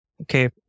Okay